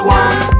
one